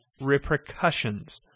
repercussions